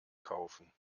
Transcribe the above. kaufen